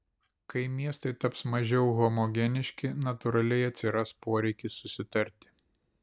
kai miestai taps mažiau homogeniški natūraliai atsiras poreikis susitarti